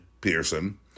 Pearson